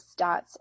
stats